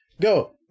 Go